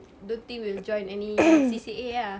don't think will join any C_C_A ah